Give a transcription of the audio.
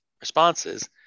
responses